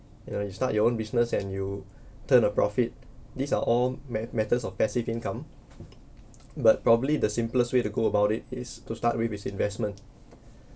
you know you start your own business and you turn a profit these are all meth~ methods of passive income but probably the simplest way to go about it is to start with is investment